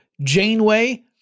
Janeway